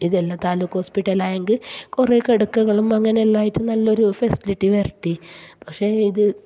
ഇതെല്ലാം താലൂക്ക് ഹോസ്പിറ്റലായെങ്കിൽ കുറേ കിടക്കകളും അങ്ങനെ എല്ലാമായിട്ട് നല്ലൊരു ഫെസിലിറ്റി വരുത്തി പക്ഷേ ഇത്